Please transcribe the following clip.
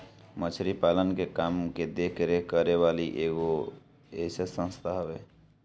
मछरी पालन के काम के देख रेख करे वाली इ एगो संस्था हवे